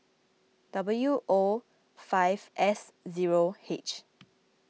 W O five S zero H